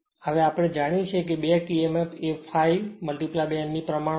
હવે આપણે જાણીએ છીએ કે બેક Emf એ ∅ n ની પ્રમાણમાં છે